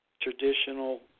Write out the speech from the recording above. traditional